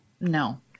No